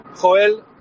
Joel